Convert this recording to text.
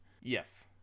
yes